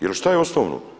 Jer što je osnovno?